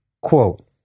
Quote